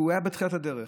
הוא היה בתחילת הדרך.